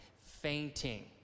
fainting